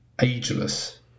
ageless